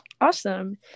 Awesome